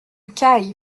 cail